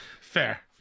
Fair